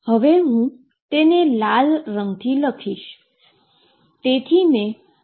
તેને લાલ રંગથી લખીશ